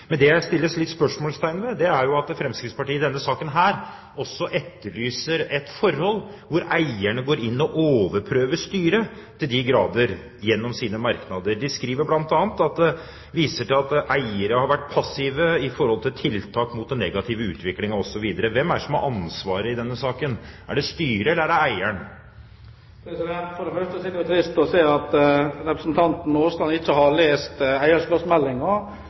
Men det jeg setter et spørsmålstegn ved, er at Fremskrittspartiet i denne saken – gjennom sine merknader – etterlyser det forhold at eierne går inn og overprøver styret så til de grader. De viser bl.a. til at eierne har vært passive i forhold til tiltak mot en negativ utvikling, osv. Hvem er det som har ansvaret i denne saken – er det styret, eller er det eieren? For det første er det trist å se at representanten Aasland ikke har lest